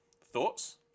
Thoughts